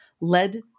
led